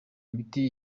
imiti